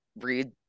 read